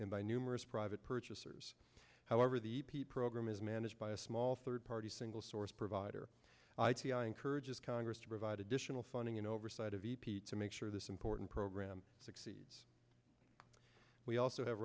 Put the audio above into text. s by numerous private purchasers however the e p program is managed by a small third party single source provider i t i encourages congress to provide additional funding and oversight of e p to make sure this important program succeeds we also have